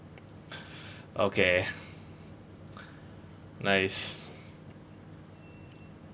okay nice